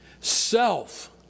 Self